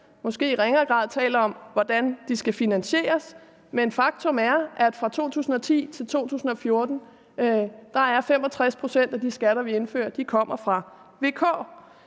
måske i ringere grad taler om, hvordan de skal finansieres. Faktum er, at fra 2010 til 2014 kommer 65 pct. af de skatter, vi indfører, fra